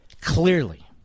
Clearly